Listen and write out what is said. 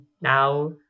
now